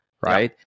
right